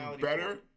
better